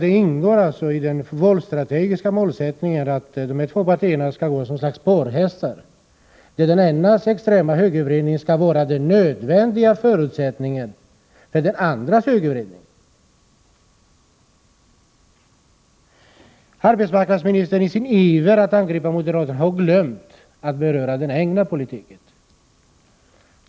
Det ingår tydligen i den valstrategiska målsättningen att moderaterna och socialdemokraterna skall gå som ett slags parhästar, där den enas extrema högervridning utgör den nödvändiga förutsättningen för den andras högervridning. I sin iver att angripa moderaterna har arbetsmarknadsministern glömt att beröra den egna politiken.